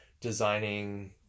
designing